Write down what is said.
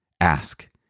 Ask